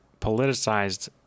politicized